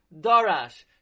darash